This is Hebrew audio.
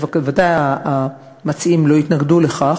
ואז ודאי המציעים לא יתנגדו לכך.